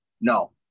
no